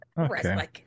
Okay